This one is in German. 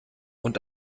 und